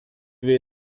wie